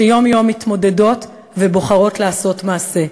שיום-יום מתמודדות ובוחרות לעשות מעשה,